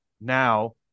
now